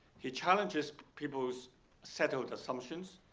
he challenges people's settled assumptions.